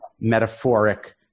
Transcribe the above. metaphoric